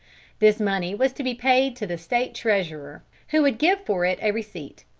this money was to be paid to the state treasurer, who would give for it a receipt.